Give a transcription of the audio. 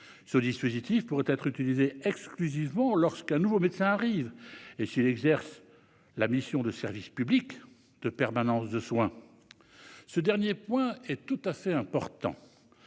Ce dispositif pourrait n'être utilisable que lorsqu'un nouveau médecin arrive, et si celui-ci exerce la mission de service public de permanence des soins. Ce dernier point est très important.